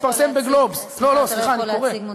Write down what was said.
התפרסם ב"גלובס" אתה לא יכול להציג,